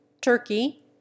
turkey